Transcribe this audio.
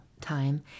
time